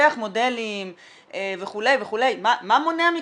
לפתח מודלים וכו', מה מונע מכם?